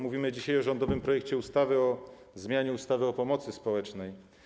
Mówimy dzisiaj o rządowym projekcie ustawy o zmianie ustawy o pomocy społecznej.